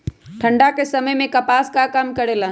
ठंडा के समय मे कपास का काम करेला?